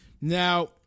Now